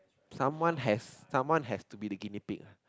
someone has someone has to be the guinea pig